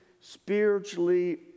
spiritually